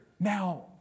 Now